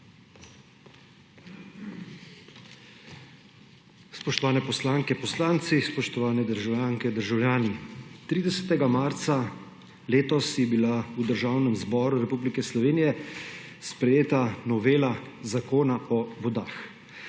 Spoštovane poslanke in poslanci, spoštovane državljanke in državljani! 30. marca letos je bila v Državnem zboru Republike Slovenije sprejeta novela Zakona o vodah,